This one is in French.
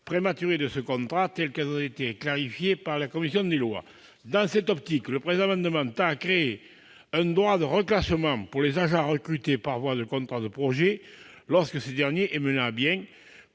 prématurée de ce contrat, telles qu'elles ont été clarifiées par la commission des lois. Dans cette optique, le présent amendement tend à créer un droit de reclassement pour les agents recrutés par voie de contrat de projet lorsque ce dernier est mené à bien